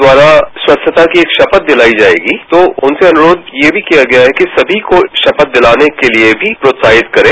द्वारा स्वच्छता की एक शपथ दिलाई जाएगी तो उनसे अनुरोध ये भी किया गया है कि सभी को शपथ दिलाने के लिए भी प्रोत्साहित करें